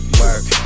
work